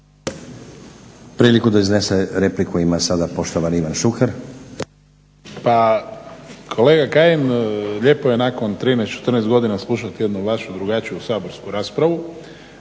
Priliku da iznese repliku ima sada poštovani Ivan Šuker. **Šuker, Ivan (HDZ)** Pa kolega Kajin lijepo je nakon 13, 14 godina slušati jednu vašu drugačiju saborsku raspravu.